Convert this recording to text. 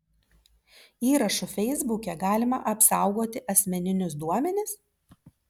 įrašu feisbuke galima apsaugoti asmeninius duomenis